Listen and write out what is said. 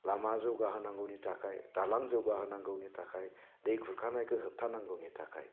लामा जौगाहोनांगौनि थाखाय दालां जौगाहोनांगौनि थाखाय दै खुरखानायखौ होबथानांगौनि थाखाय